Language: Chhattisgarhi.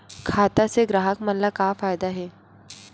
खाता से ग्राहक मन ला का फ़ायदा हे?